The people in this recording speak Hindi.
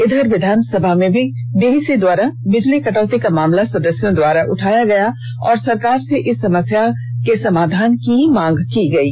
इधर विधानसभा में भी डीवीसी द्वारा बिजली कटौती का मामला सदस्यों द्वारा उठाया गया और सरकार से इस समस्या का समाधान करने की मांग की गयी